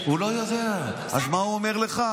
הוא לא יודע, אז מה הוא אומר לך?